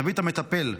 זווית המטפל,